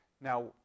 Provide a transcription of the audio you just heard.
Now